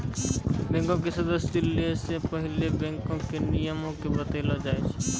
बैंको के सदस्यता लै से पहिले बैंको के नियमो के बतैलो जाय छै